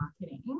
marketing